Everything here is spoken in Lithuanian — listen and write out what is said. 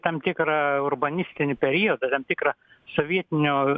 tam tikrą urbanistinį periodą tam tikrą sovietinio